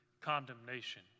condemnation